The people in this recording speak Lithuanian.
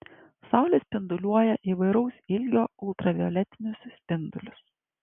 saulė spinduliuoja įvairaus ilgio ultravioletinius spindulius